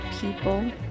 people